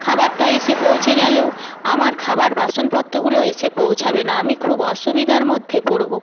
খাবারটা এসে পৌঁছে গেলেও আমার খাবার বাসনপত্রগুলো এসে পৌঁছাবে না আমি খুব অসুবিধার মধ্যে পড়বো